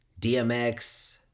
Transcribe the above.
DMX